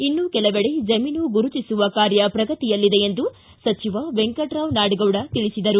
ಇನ್ನೂ ಕೆಲವೆಡೆ ಜಮೀನು ಗುರುತಿಸುವ ಕಾರ್ಯ ಪ್ರಗತಿಯಲ್ಲಿದೆ ಎಂದು ಸಚಿವ ವೆಂಕಟರಾವ್ ನಾಡಗೌಡ ತಿಳಿಸಿದರು